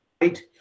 right